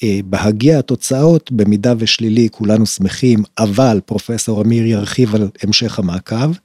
בהגיע התוצאות במידה ושלילי כולנו שמחים אבל פרופסור אמיר ירחיב על המשך המעקב.